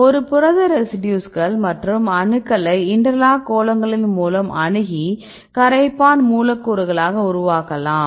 ஒரு புரத ரெசிடியூஸ்கள் மற்றும் அணுக்களை இண்டர்லாக் கோளங்களின் மூலம் அணுகி கரைப்பான் மூலக்கூறுகளாக உருவாக்கலாம்